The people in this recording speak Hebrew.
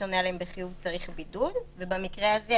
שעונה עליהן בחיוב צריך בידוד ובמקרה הזה,